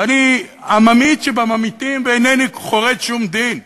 ואני הממעיט שבממעיטים, ואינני חורץ שום דין,